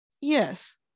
yes